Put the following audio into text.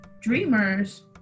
Dreamers